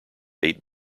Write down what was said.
eight